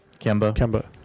Kemba